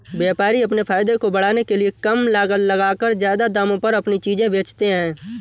व्यापारी अपने फायदे को बढ़ाने के लिए कम लागत लगाकर ज्यादा दामों पर अपनी चीजें बेचते है